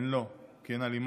הן לא, כי הן אלימות.